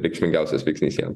reikšmingiausias veiksnys jiem